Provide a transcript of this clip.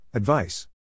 Advice